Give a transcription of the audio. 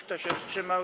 Kto się wstrzymał?